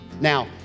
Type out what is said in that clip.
Now